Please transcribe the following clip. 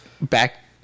back